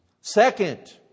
Second